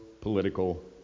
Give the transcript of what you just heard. political